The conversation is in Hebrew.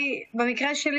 אני מחדש את הישיבה.